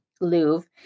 Louvre